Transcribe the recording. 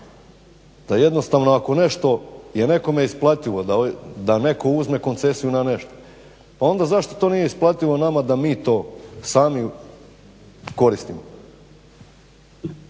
da jednostavno ako nešto je nekome isplativo, da neko uzme koncesiju na nešto onda zašto to nije isplativo nama da mi to sami koristimo.